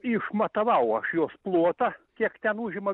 išmatavau aš jos plotą kiek ten užima